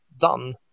done